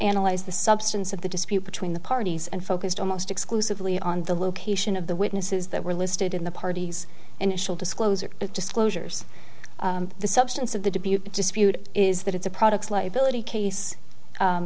analyze the substance of the dispute between the parties and focused almost exclusively on the location of the witnesses that were listed in the parties and initial discloser disclosures the substance of the dubuque dispute is that it's a products liability case